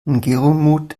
ngerulmud